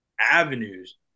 avenues